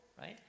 right